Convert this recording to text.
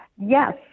Yes